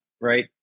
Right